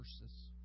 verses